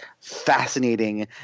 fascinating